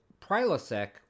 Prilosec